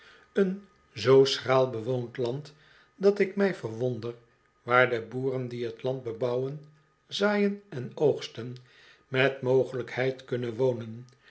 een zoo schraal bewoond land dat ik mij verwonder waar de boeren die t land bebouwen zaaien en oogsten met mogelijkheid kunnen wonen